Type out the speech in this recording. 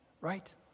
right